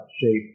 shape